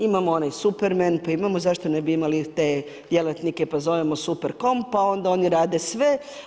Imamo onaj superman, pa imamo, pa zašto ne bi imali te djelatnike pa zovemo superkom, pa onda oni rade sve.